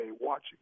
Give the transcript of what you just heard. watching